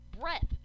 breath